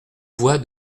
voie